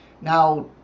Now